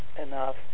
enough